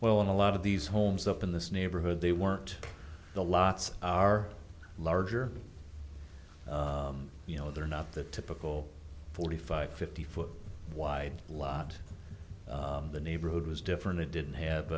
well and a lot of these homes up in this neighborhood they weren't the lots are larger you know they're not the typical forty five fifty foot wide lot the neighborhood was different it didn't